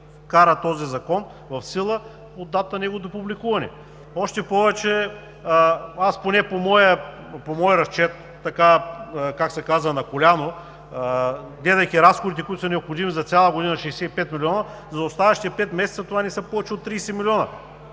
вкара този закон в сила от датата на неговото публикуване. Още повече, аз поне по мой разчет, както се казва „на коляно“, гледайки разходите, необходими за цяла година са 65 милиона, за оставащите пет месеца това не са повече от 30 милиона.